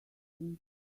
system